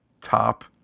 Top